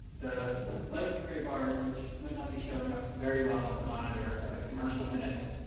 the light gray bars, which might not be showing up very well on the monitor, are the commercial minutes.